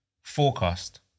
forecast